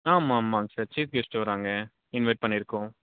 ஆமாம் ஆமாங்க sir chief guest வர்றாங்க இன்வைட் பண்ணியிருக்கோம்